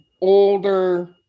older